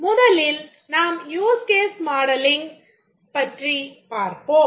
முதலில் நாம் use case modelling ஐ பற்றி பார்ப்போம்